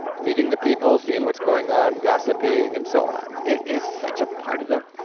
meeting the people, seeing what's going on, gossiping, and so on. it is such a part of them,